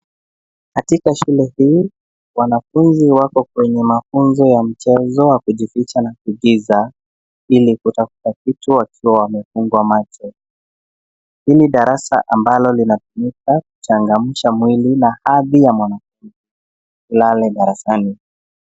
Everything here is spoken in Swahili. Katika shule hii wanafunzi wako kwenye mafunzo ya mchezo wa kujificha na kuigiza ili kuweza kutafutwa wakiwa wamefungwa macho. Hii ni darasa ambalo linatumika kuchangamsha mwili na ardhi ya mwanafunzi asilale darasani.